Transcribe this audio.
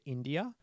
India